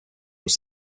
was